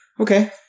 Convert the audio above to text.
Okay